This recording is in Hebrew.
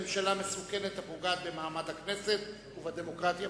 ממשלה מסוכנת הפוגעת במעמד הכנסת ובדמוקרטיה.